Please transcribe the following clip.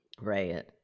Right